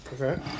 Okay